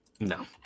No